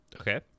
Okay